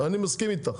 אני מסכים איתך.